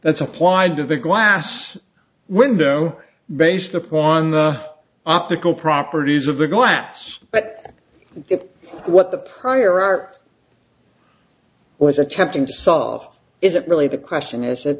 that's applied to the glass window based upon the optical properties of the glass but what the prior art was attempting to solve isn't really the question is